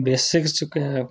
basics च गै